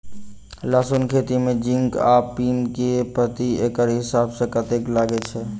लहसून खेती मे जिंक आ एन.पी.के प्रति एकड़ हिसाब सँ कतेक लागै छै?